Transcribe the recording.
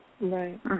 Right